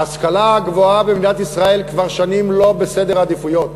ההשכלה הגבוהה במדינת ישראל כבר שנים לא בסדר העדיפויות.